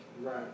Right